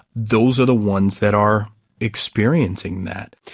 those are the ones that are experiencing that.